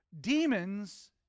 demons